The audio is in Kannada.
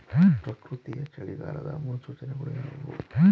ಪ್ರಕೃತಿಯ ಚಳಿಗಾಲದ ಮುನ್ಸೂಚನೆಗಳು ಯಾವುವು?